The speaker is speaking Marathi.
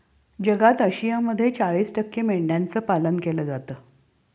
जगात आशियामध्ये चाळीस टक्के मेंढ्यांचं पालन केलं जातं